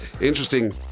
interesting